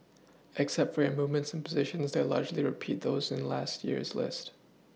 except for your movements in positions they largely repeat those in last year's list